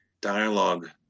dialogue